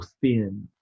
thin